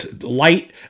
light